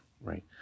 right